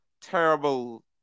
terrible